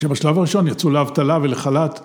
‫שבשלב הראשון יצאו להבטלה ולחל"ת.